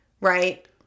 right